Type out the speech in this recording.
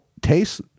taste